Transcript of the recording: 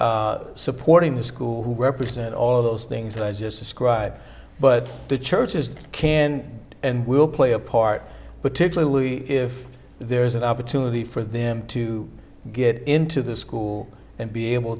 supporting the school who represent all of those things that i just described but the churches can and will play a part particularly if there is an opportunity for them to get into the school and be able